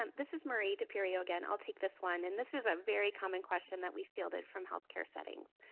um this is marie de perio again. i'll take this one, and this is a very common question that we fielded from healthcare settings.